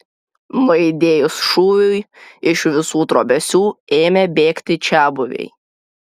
nuaidėjus šūviui iš visų trobesių ėmė bėgti čiabuviai